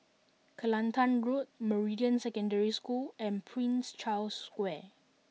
Kelantan Road Meridian Secondary School and Prince Charles Square